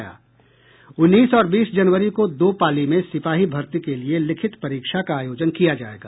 उन्नीस और बीस जनवरी को दो पाली में सिपाही भर्ती के लिए लिखित परीक्षा का आयोजन किया जायेगा